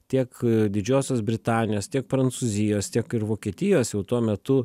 tiek didžiosios britanijos tiek prancūzijos tiek ir vokietijos jau tuo metu